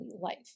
life